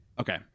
okay